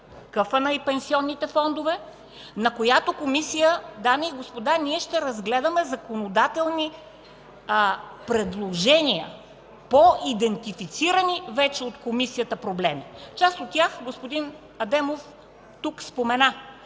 надзор и пенсионните фондове, на което заседание, дами и господа, ние ще разгледаме законодателни предложения по идентифицирани вече от Комисията проблеми. Част от тях господин Адемов тук спомена,